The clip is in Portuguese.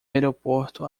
aeroporto